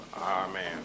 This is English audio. Amen